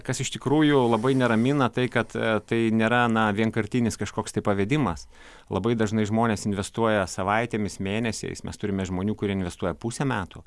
kas iš tikrųjų labai neramina tai kad tai nėra na vienkartinis kažkoks tai pavedimas labai dažnai žmonės investuoja savaitėmis mėnesiais mes turime žmonių kurie investuoja pusę metų